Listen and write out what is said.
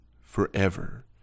forever